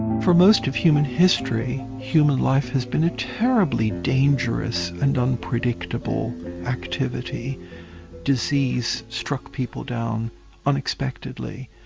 for most of human history, human life has been a terribly dangerous and unpredictable activity disease struck people down unexpectedly,